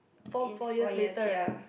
four four years later right